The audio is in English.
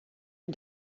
and